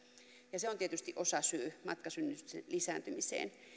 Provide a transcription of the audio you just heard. ja se on tietysti osasyy matkasynnytysten lisääntymiseen